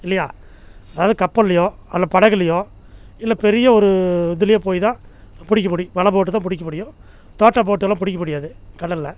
இல்லையா அதாவது கப்பல்லேயோ அல்லை படகுலேயோ இல்லை பெரிய ஒரு இதுலேயோ போய்தான் பிடிக்க முடியும் வலை போட்டுதான் பிடிக்க முடியும் தோட்ட போட்டெல்லாம் பிடிக்க முடியாது கடலில்